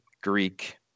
Greek